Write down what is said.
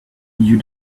you